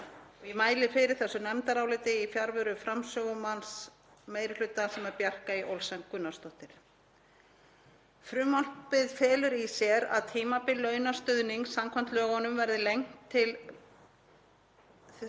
Ég mæli fyrir þessu nefndaráliti í fjarveru framsögumanns meiri hluta, hv. þm. Bjarkeyjar Olsen Gunnarsdóttur. Frumvarpið felur í sér að tímabil launastuðnings samkvæmt lögunum verði lengt til loka